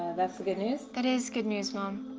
that's the good news? that is good news, mom.